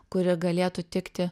kuri galėtų tikti